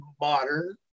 modern